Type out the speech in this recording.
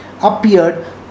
appeared